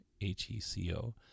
H-E-C-O